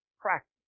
practice